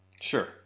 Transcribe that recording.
Sure